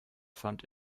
fand